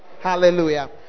hallelujah